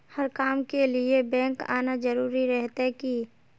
हर काम के लिए बैंक आना जरूरी रहते की?